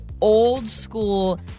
old-school